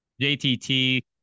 JTT